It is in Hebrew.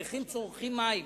נכים צורכים מים.